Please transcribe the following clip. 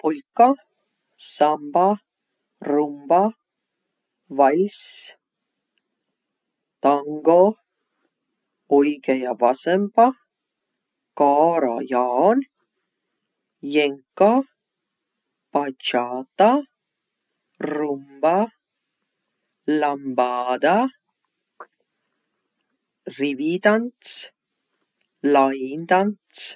Polka, samba, rumba, valss, tango, oigõ ja vasemba, kaarajaan, jenka, batšata, rumba, lambada, rivitants, laintants.